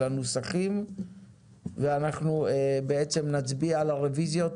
אלא נוסחים ואנחנו בעצם נצביע על הרוויזיות.